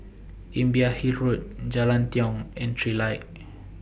Imbiah Hill Road Jalan Tiong and Trilight